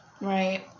right